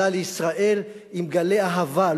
עלה לישראל עם גלי אהבה,